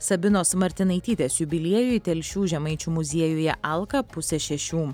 sabinos martinaitytės jubiliejui telšių žemaičių muziejuje alka pusę šešių